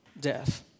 death